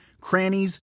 crannies